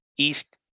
East